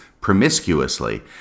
promiscuously